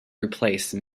replace